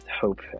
hope